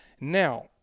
now